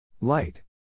Light